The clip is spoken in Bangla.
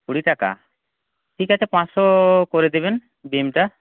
কুড়ি টাকা ঠিক আছে পাঁচশো করে দেবেন ডিমটা